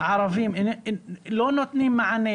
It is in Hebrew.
הערבים לא נותנים מענה,